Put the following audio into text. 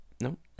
Nope